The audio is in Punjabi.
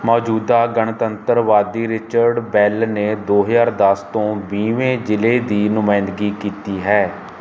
ਮੌਜੂਦਾ ਗਣਤੰਤਰ ਵਾਦੀ ਰਿਚਰਡ ਬੈੱਲ ਨੇ ਦੋ ਹਜ਼ਾਰ ਦਸ ਤੋਂ ਵੀਹਵੇਂ ਜ਼ਿਲ੍ਹੇ ਦੀ ਨੁਮਾਇੰਦਗੀ ਕੀਤੀ ਹੈ